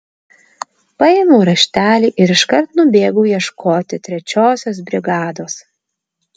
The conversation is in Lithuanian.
paėmiau raštelį ir iškart nubėgau ieškoti trečiosios brigados